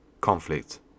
conflict